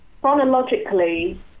chronologically